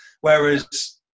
Whereas